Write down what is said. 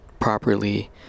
properly